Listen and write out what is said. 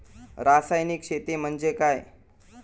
रासायनिक शेती म्हणजे काय?